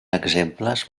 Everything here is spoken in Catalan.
exemples